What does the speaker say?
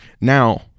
Now